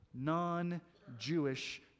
non-Jewish